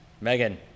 Megan